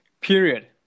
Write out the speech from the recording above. period